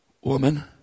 Woman